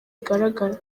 igaragara